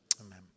amen